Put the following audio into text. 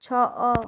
ଛଅ